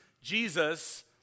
Jesus